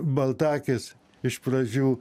baltakis iš pradžių